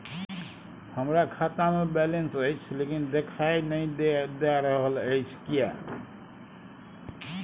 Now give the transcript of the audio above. हमरा खाता में बैलेंस अएछ लेकिन देखाई नय दे रहल अएछ, किये?